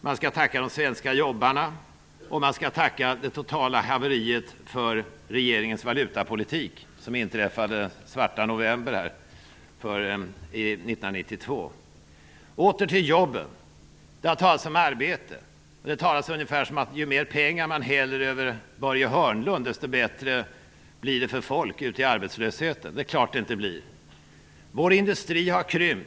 Man skall tacka de svenska jobbarna, och man skall tacka det totala haveriet för regeringens valutapolitik, vilket inträffade under svarta november 1992. Åter till jobben. Det har talats om arbetena. Ju mer pengar man häller över Börje Hörnlund, desto bättre blir det för folket i arbetslösheten. Så låter det. Men det är klart att det inte blir så. Vår industri har krymp.